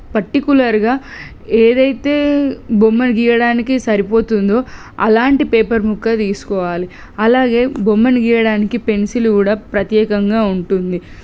పట్టికులర్గా ఏదైతే బొమ్మ గీయడానికి సరిపోతుందో అలాంటి పేపర్ ముక్క తీసుకోవాలి అలాగే బొమ్మని గీయడానికి పెన్సిల్ కూడా ప్రత్యేకంగా ఉంటుంది